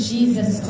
Jesus